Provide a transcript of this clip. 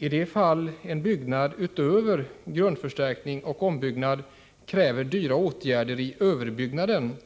I de fall en byggnad, utöver grundförstärkning och ombyggnad, kräver dyra åtgärder i överbyggnaden